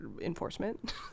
enforcement